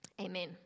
Amen